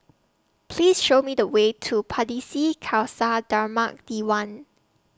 Please Show Me The Way to Pardesi Khalsa Dharmak Diwan